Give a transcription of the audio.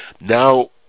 Now